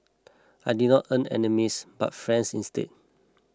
I did not earn enemies but friends instead